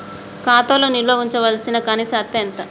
ఖాతా లో నిల్వుంచవలసిన కనీస అత్తే ఎంత?